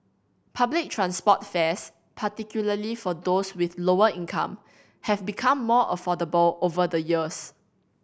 public transport fares particularly for those with lower income have become more affordable over the years